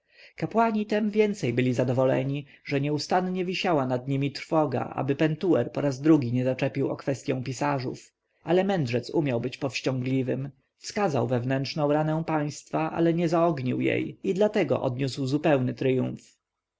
kapłani tem więcej byli zadowoleni że nieustannie wisiała nad nimi trwoga aby pentuer po raz drugi nie zaczepił o kwestję pisarzów ale mędrzec umiał być powściągliwym wskazał wewnętrzną ranę państwa lecz nie zaognił jej i dlatego odniósł zupełny triumf